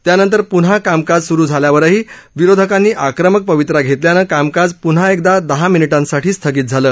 त्यानंतर पुन्हा कामकाज सुरू झाल्यावरही विरोधकांनी आक्रमक पवित्रा घेतल्यानं कामकाज पून्हा एकदा दहा मिनिटांसाठी स्थगित झालं